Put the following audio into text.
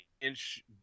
inch